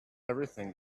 everything